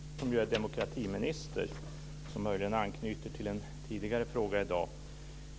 Herr talman! Jag har en fråga till Britta Lejon som är demokratiminister. Den anknyter möjligen till en tidigare fråga i dag.